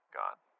gone